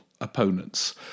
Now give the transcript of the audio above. opponents